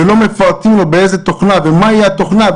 ולא מפרטים לו באיזה תוכנה ומה היא התוכנה,